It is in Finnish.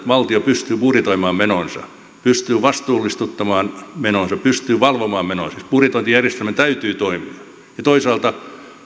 valtio pystyy budjetoimaan menonsa pystyy vastuullistuttamaan menonsa pystyy valvomaan menonsa siis budjetointijärjestelmän täytyy toimia toisaalta